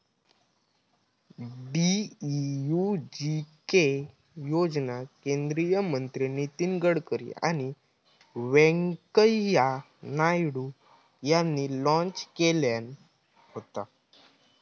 DDUGK योजना केंद्रीय मंत्री नितीन गडकरी आणि व्यंकय्या नायडू यांनी लॉन्च केल्यान होता